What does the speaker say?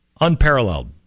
unparalleled